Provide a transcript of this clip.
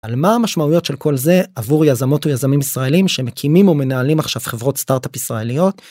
על מה המשמעויות של כל זה עבור יזמות או יזמים ישראלים שמקימים או מנהלים עכשיו חברות סטארט-אפ ישראליות.